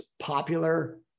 popular